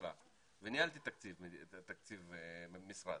בממשלה וניהלתי תקציב משרד,